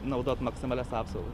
naudot maksimalias apsaugas